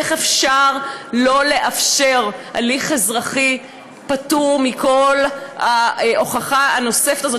איך אפשר לא לאפשר הליך אזרחי פטור מכל ההוכחה הנוספת הזאת,